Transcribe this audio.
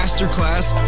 Masterclass